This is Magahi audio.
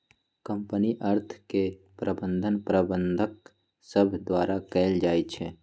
कंपनी अर्थ के प्रबंधन प्रबंधक सभ द्वारा कएल जाइ छइ